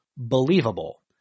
believable